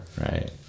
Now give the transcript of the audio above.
Right